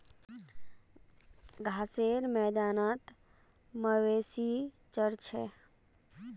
घासेर मैदानत मवेशी चर छेक